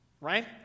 Right